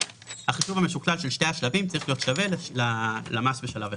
החישוב המשוקלל של שני השלבים צריך להיות שווה למס בשלב אחד.